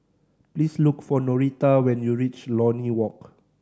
please look for Norita when you reach Lornie Walk